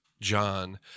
John